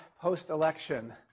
post-election